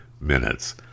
minutes